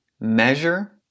measure